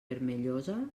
vermellosa